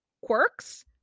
quirks